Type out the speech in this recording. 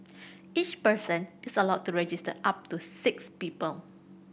each person is allowed to register up to six people